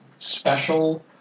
special